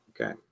okay